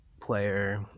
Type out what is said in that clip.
player